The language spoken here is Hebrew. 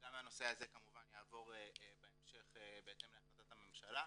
גם הנושא הזה יעבור בהמשך בהתאם להחלטת הממשלה.